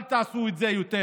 אל תעשו את זה יותר,